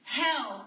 hell